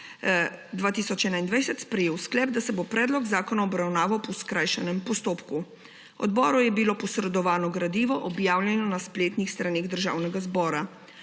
2021 sprejel sklep, da se bo predlog zakona obravnaval po skrajšanem postopku. Odboru je bilo posredovano gradivo, objavljeno na spletnih straneh Državnega zbora.